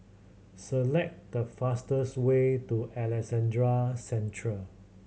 select the fastest way to Alexandra Central